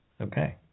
Okay